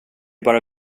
bara